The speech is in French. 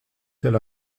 tel